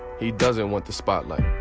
he doesn't want the spotlight.